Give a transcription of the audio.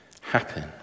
happen